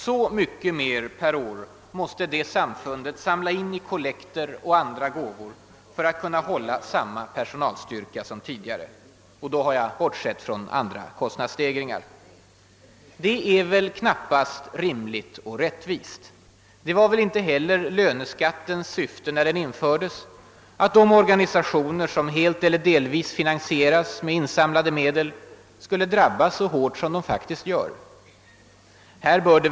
Så mycket mer per år måste Svenska missionsförbundet samla in i kollekter och andra gåvor för att kunna hålla samma personalstyrka som tidigare och då har jag bortsett från alla kostnadsstegringar i Öövrigt. Det är knappast rimligt och rättvist. Det var inte heller löneskattens syfte då den infördes att de organisationer, som helt. eller delvis finansieras med insamlade medel, skulle drabbas så hårt som faktiskt har blivit fallet.